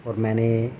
اور میں نے